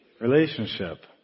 relationship